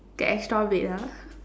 get extra bed lah